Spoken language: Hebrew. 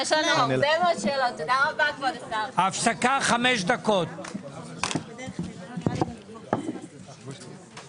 הישיבה ננעלה בשעה 12:05.